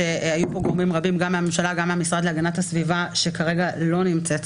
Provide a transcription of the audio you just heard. כשהיו פה גורמים רבים מהממשלה וממשרד להגנת הסביבה שכרגע לא נמצאים